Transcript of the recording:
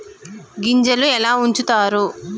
గింజలు ఎలా ఉంచుతారు?